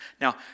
Now